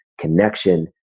connection